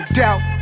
doubt